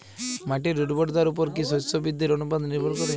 মাটির উর্বরতার উপর কী শস্য বৃদ্ধির অনুপাত নির্ভর করে?